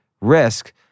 risk